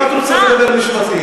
אז אם את רוצה לדבר משפטית,